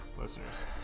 listeners